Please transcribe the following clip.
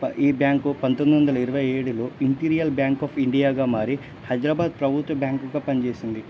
ఈ బ్యాంకు పంతొమ్మిది వందల ఇరవై ఏడులో ఇంపీరియల్ బ్యాంక్ ఆఫ్ ఇండియాగా మారి హైదరాబాద్ ప్రభుత్వ బ్యాంకుగా పనిచేసింది